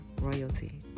royalty